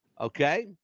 Okay